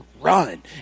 run